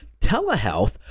telehealth